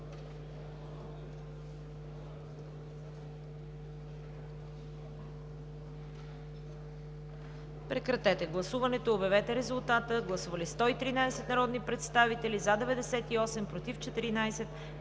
Прекратете гласуването и обявете резултата. Гласували 121 народни представители: за 11, против 55,